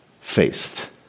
faced